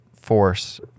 force